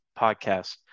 podcast